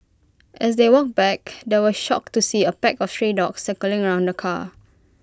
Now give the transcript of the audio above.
as they walked back they were shocked to see A pack of stray dogs circling around the car